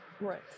Right